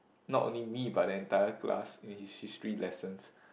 not only me but the entire class in his History lessons